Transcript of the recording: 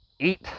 eat